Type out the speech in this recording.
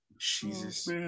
Jesus